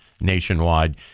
nationwide